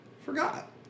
forgot